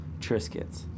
Triscuits